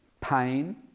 pain